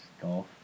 golf